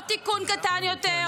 לא תיקון קטן יותר,